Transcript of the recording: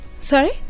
Sorry